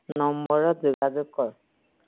নম্বৰত যোগাযোগ কৰক